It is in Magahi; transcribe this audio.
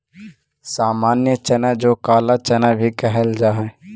सामान्य चना जो काला चना भी कहल जा हई